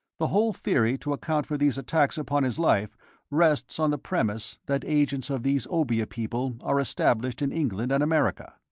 the whole theory to account for these attacks upon his life rests on the premise that agents of these obeah people are established in england and america.